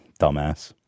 Dumbass